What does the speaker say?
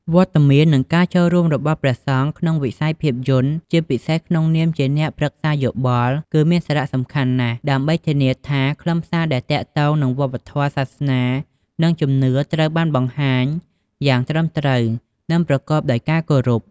វត្តមាន និងការចូលរួមរបស់ព្រះសង្ឃក្នុងវិស័យភាពយន្ត ជាពិសេសក្នុងនាមជាអ្នកប្រឹក្សាយោបល់ គឺមានសារៈសំខាន់ណាស់ ដើម្បីធានាថាខ្លឹមសារដែលទាក់ទងនឹងវប្បធម៌ សាសនា និងជំនឿ ត្រូវបានបង្ហាញយ៉ាងត្រឹមត្រូវ និងប្រកបដោយការគោរព។